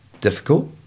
difficult